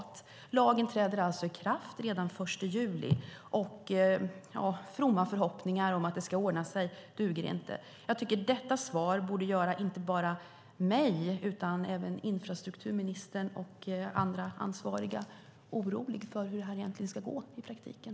Lagen träder i kraft redan den 1 juli. Fromma förhoppningar om att det ska ordna sig duger inte. Detta svar borde göra inte bara mig utan även infrastrukturministern och andra ansvariga oroliga för hur det egentligen kommer att gå i praktiken.